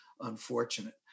unfortunate